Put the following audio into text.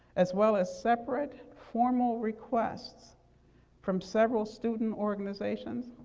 as well as separate formal requests from several student organizations,